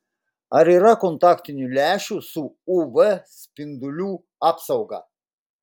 ar yra kontaktinių lęšių su uv spindulių apsauga